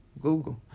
Google